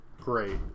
great